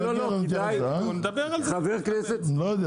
כשזה יגיע אלינו --- לא,